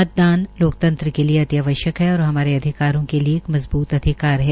मतदान लोकतंत्र के लिए अति आवश्यक है और हमारे अधिकारों के लिए एक मजबूत अधिकार है